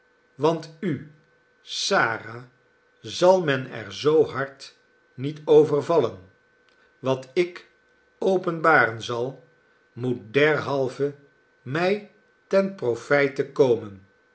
want u sara zal men er zoo hard niet over vallen wat ik openbaren zal moet derhalve mij ten profijte komen